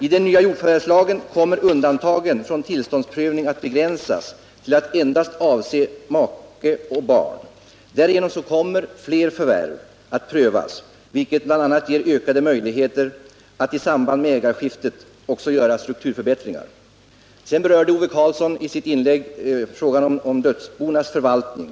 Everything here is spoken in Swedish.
I den nya jordförvärvslagen kommer undantagen från tillståndsprövning att begränsas till att endast avse make och barn. Härigenom kommer fler förvärv att prövas, vilket bl.a. ger ökade möjligheter att i samband med ägarskifte också göra strukturförändringar. Sedan berörde Ove Karlsson i sitt inlägg frågan om dödsbonas förvaltning.